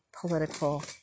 political